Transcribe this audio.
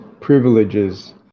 privileges